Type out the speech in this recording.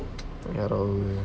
ya lor